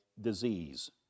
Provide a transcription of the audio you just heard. disease